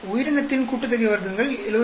உயிரினத்தின் கூட்டுத்தொகை வர்க்கங்கள் 79